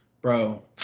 bro